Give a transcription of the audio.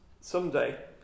someday